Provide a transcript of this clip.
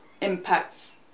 impacts